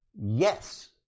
Yes